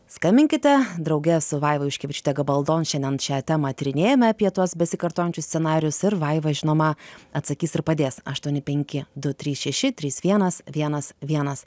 skambinkite drauge su vaiva juškevičiūte gabaldon šiandien šią temą tyrinėjame apie tuos besikartojančius scenarijus ir vaiva žinoma atsakys ir padės aštuoni penki du trys šeši trys vienas vienas vienas